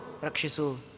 rakshisu